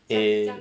eh